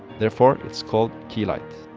therefore it's called keylight.